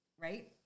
Right